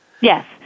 Yes